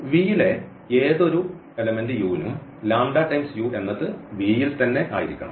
V യിലെ ഏതൊരു u നും എന്നത് V യിൽ തന്നെ ആയിരിക്കണം